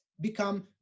become